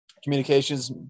communications